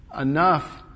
enough